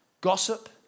gossip